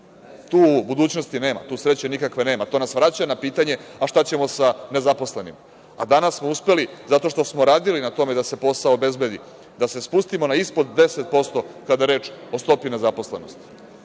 tu budućnosti nema, tu sreća nema. To nas vraća na pitanje šta ćemo sa nezaposlenima? Danas smo uspeli zato što smo radili da se posao obezbedi, da se spustimo na ispod 10%, kada je reč o stopi nezaposlenosti.